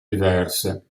diverse